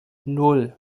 nan